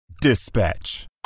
Dispatch